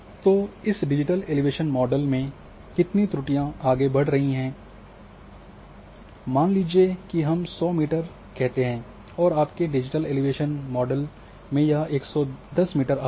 तो इस digital elevation model में कितनी त्रुटि आगे बढ़ रही है माना जाता है मान लीजिए कि हम 100 मीटर कहते हैं और आपके डिजिटल एलिवेशन मॉडल में यह 110 मीटर आ रहा है